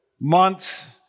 months